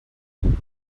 them